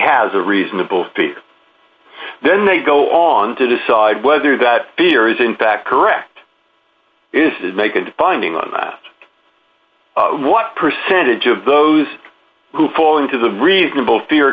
has a reasonable fear then they go on to decide whether that fear is in fact correct is make and binding on that what percentage of those who fall into the reasonable fear